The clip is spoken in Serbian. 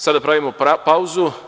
Sada pravimo pauzu.